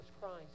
Christ